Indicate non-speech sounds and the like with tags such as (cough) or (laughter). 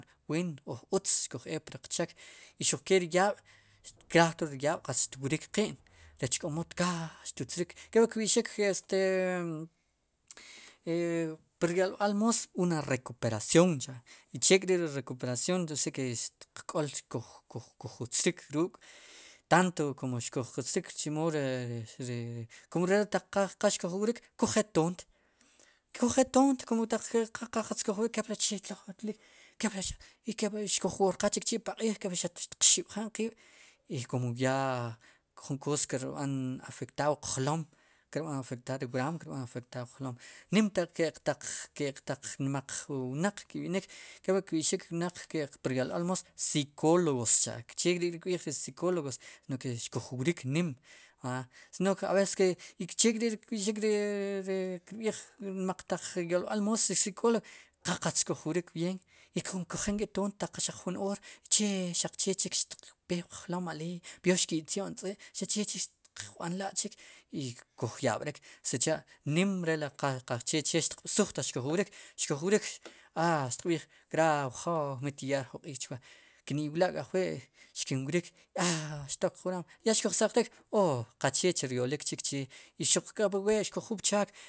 Wen uj utz xkuj eek priq cheek xuke ri yaab' kraaj tlo ri yaab' xtwrik qi'n rech k'omo tkaal xtutzrik kepli kb'i'xik pur yolb'al moos una recuperación cha' i che k'ri ri recuperación xtiq k'ol xkujjutzrik ruuk' tanto komo xkuj utzrik chimo ri ri (hesitation) kum re taq qa xkuj wrik kujel toont, kujel toon kum taq qal qatz chetlo juntlik (hesitation) kepli xkuj woorqaaj chikchi' paq'iij kepli xaq xtiq xib'jan qiib' i kun yaa jun koos kirb'an afectarr wuq jlom kirb'an afectar ri wraam wuq jlom nim ke'q taq ke'q ta (hesitation) nmaq wnaq ki'b'inik kepli kb'i'xik wnaq pur yolb'al moos sikologos cha' kek'ri kb'iij ri sikologos no'j xkuj wrik nim sino ab'es a chek'ri ri kb'i'xik kirb'ij ri nmaq taq yolb'al moos ri sokologo qaqatz xkuj wrik b'ieen i kun kujel ik'i toont xaq jun oor che xaq chechik xpee puq jloom aleey peor si xki'tyo'n tz'i' xaq chechik xtiq b'an la'chik i kuj yab'rik sich'anim re che xtiq b'suj ataq xkuj wrik a xtiq b'iij graica wjoow mi ti yaa ri jun q'iij chwa kini'wla' k'ajwi' xkin wrik aaxtok qrom ya xkujsaqrik oo qaqcheech ryolik chik i kop wuwe xkuj jul pchaak.